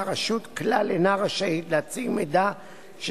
פעמים רבות לעוררים עצמם יש אינטרס להאריך את ההליכים בעניינם.